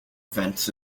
events